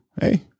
hey